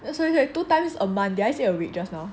sorry sorry two times a month did I say a week just now